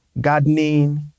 gardening